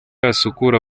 yasukura